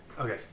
Okay